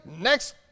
next